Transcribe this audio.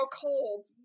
cold